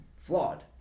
flawed